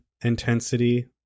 intensity